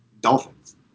Dolphins